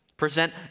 Present